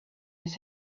his